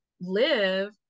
live